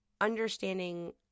understanding